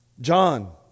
John